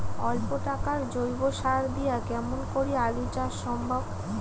অল্প টাকার জৈব সার দিয়া কেমন করি আলু চাষ সম্ভব?